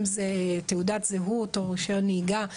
אם זה תעודת זהות או רישיון נהיגה,